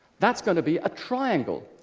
that's gonna be a triangle.